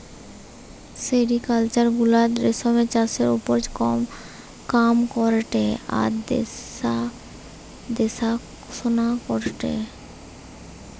sericulture গুলা রেশমের চাষের ওপর কাম করেটে আর দেখাশোনা করেটে